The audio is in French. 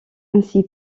ainsi